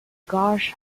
gush